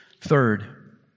Third